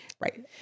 right